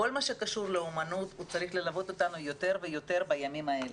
כל מה שקשור לאומנות צריך ללוות אותנו יותר בימים האלה.